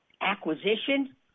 acquisition